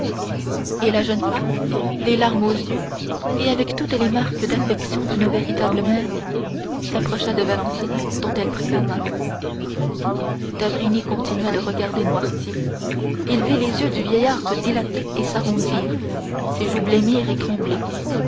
et la jeune femme les larmes aux yeux et avec toutes les marques d'affection d'une véritable mère s'approcha de valentine dont elle prit la main d'avrigny continua de regarder noirtier il vit les yeux du vieillard se dilater et s'arrondir ses joues blêmir et